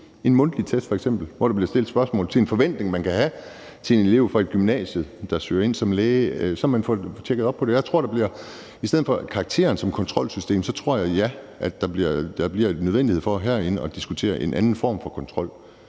en mundtlig test, hvor der bliver stillet et spørgsmål i forbindelse med en forventning, man kan have til en elev fra et gymnasium, der søger ind som læge, så man får tjekket op på det og får set på det. Jeg tror, at bliver nødvendigt herinde at diskutere en anden form for kontrol.